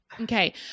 Okay